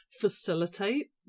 facilitate